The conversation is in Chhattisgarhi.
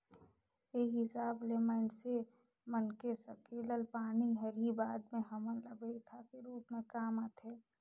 ए हिसाब ले माइनसे मन के सकेलल पानी हर ही बाद में हमन ल बईरखा के रूप में काम आथे